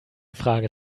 frage